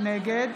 נגד